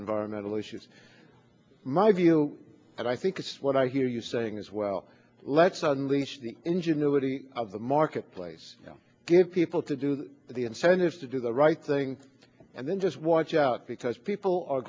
environmental issues my view i think it's what i hear you saying is well let's unleash the ingenuity of the marketplace you know get people to do the incentives to do the right thing and then just watch out because people are